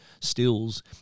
stills